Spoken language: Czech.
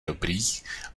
dobrých